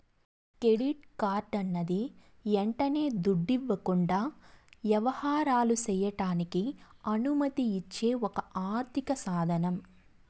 credit కార్డన్నది యంటనే దుడ్డివ్వకుండా యవహారాలు సెయ్యడానికి అనుమతిచ్చే ఒక ఆర్థిక సాదనం